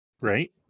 Right